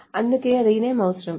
అందుకే రీనేమ్ అవసరం